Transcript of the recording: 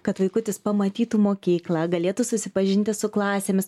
kad vaikutis pamatytų mokyklą galėtų susipažinti su klasėmis